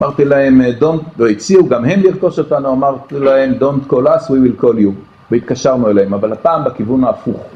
אמרתי להם don't call us, we will call you והתקשרנו אליהם אבל הפעם בכיוון ההפוך